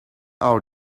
our